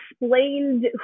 explained